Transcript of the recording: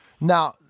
Now